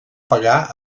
pagar